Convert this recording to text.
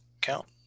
count